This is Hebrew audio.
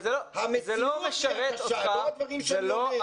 המציאות היא הקשה, לא הדברים שאני אומר.